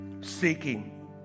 Seeking